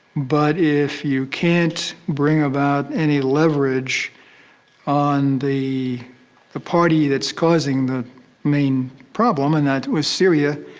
but if you can't bring about any leverage on the the party that's causing the main problem, and that was syria,